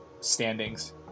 standings